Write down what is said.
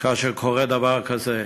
כאשר קורה דבר כזה.